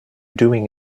doing